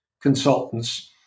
consultants